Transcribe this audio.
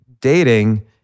dating